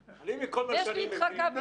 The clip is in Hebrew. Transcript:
גביר,